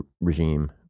regime